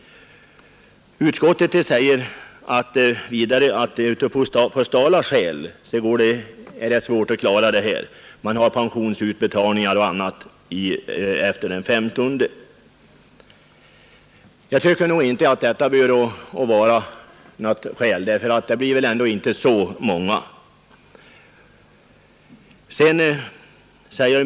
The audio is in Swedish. Utskottet skriver att det av postala skäl är svårt att senarelägga skatteinbetalningarna. Man måste ta hänsyn till utbetalningen av pensioner och annat efter den 15 i uppbördsmånaderna. Det tycker jag inte är något starkt argument, eftersom det här inte kan röra sig om så särskilt många skattebetalare.